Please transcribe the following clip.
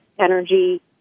energy